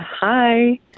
hi